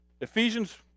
Ephesians